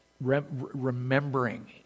remembering